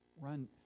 Run